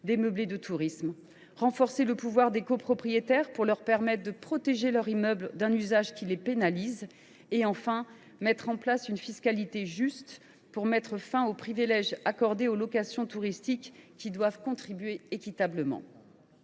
des meublés de tourisme ; elle renforce le pouvoir des copropriétaires pour leur permettre de protéger leur immeuble d’un usage qui les pénalise ; enfin, elle met en place une fiscalité juste pour en terminer avec les privilèges accordés aux locations touristiques, lesquelles doivent contribuer équitablement.